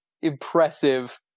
impressive